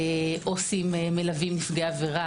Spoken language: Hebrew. עו"סים מלווים נפגעי עבירה.